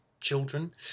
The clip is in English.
children